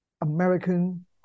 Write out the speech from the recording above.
American